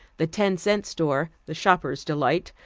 the ten-cent store, the shoppers' delight,